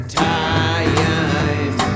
time